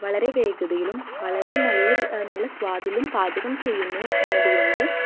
വളരെ വേഗതയിലും വളരെ നല്ല സ്വാദിലും പാചകം ചെയ്യുന്നു എന്നത് കൊണ്ട്